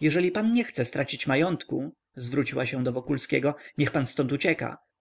jeżeli pan nie chce stracić majątku zwróciła się do wokulskiego niech pan ztąd ucieka